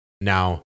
Now